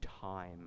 time